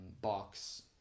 box